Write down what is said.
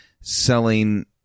selling